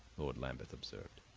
lord lambeth observed.